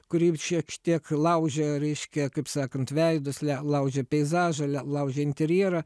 kuri šiekš tiek laužia reiškia kaip sakant veidus le laužia peizažą le laužia interjerą